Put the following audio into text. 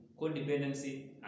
codependency